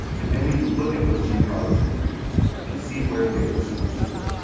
and then we can look at those gene products in the brain and see where they were synthesised.